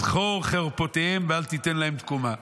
זכור חרפותיהם ואל תיתן להם תקומה".